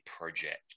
project